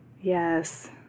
Yes